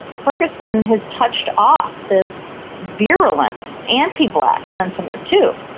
ferguson has touched off this virulent anti-black sentiment too.